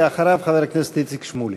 אחריו, חבר הכנסת איציק שמולי.